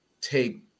take